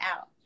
out